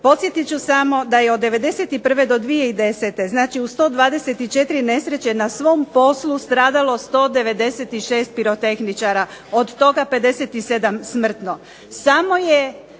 Podsjetit ću samo da je od '91. do 2010., znači u 124 nesreće, na svom poslu stradalo 196 pirotehničara, od toga 57 smrtno.